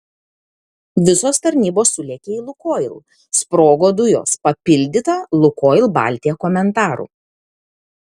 visos tarnybos sulėkė į lukoil sprogo dujos papildyta lukoil baltija komentaru